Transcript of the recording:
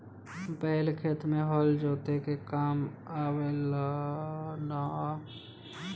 बैल खेत में हल जोते के काम आवे लनअ